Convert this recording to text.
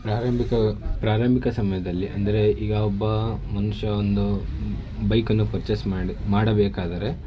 ಪ್ರಾರಂಭಿಕ ಪ್ರಾರಂಭಿಕ ಸಮಯದಲ್ಲಿ ಅಂದರೆ ಈಗ ಒಬ್ಬ ಮನುಷ್ಯ ಒಂದು ಬೈಕನ್ನು ಪರ್ಚೇಸ್ ಮಾಡಿ ಮಾಡಬೇಕಾದರೆ